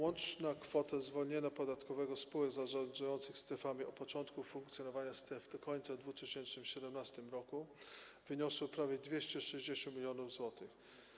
Łączna kwota zwolnienia podatkowego spółek zarządzających strefami od początku funkcjonowania stref do końca 2017 r. wyniosła prawie 260 mln zł.